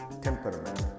Temperament